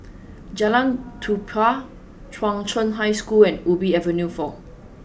Jalan Tupai Chung Cheng High School and Ubi Avenue four